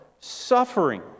suffering